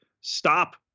stop